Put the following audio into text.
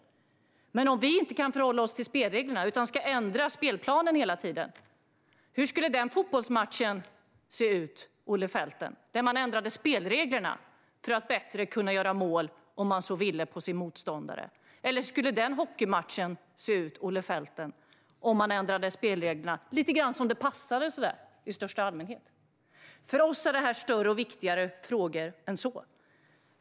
Men hur blir det om vi inte kan förhålla oss till spelreglerna utan hela tiden ska ändra spelplanen? Hur skulle en fotbollsmatch se ut, Olle Felten, om man ändrade spelreglerna för att lättare kunna göra mål på sin motståndare om man så ville? Hur skulle en hockeymatch se ut, Olle Felten, om man ändrade spelreglerna lite grann som det passade i största allmänhet? För oss är dessa frågor större och viktigare än så.